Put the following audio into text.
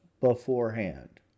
beforehand